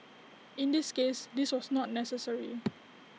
in this case this was not necessary